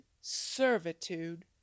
servitude